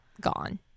gone